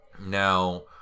Now